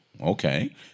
Okay